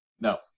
No